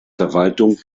verwaltung